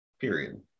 Period